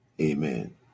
Amen